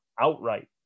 outright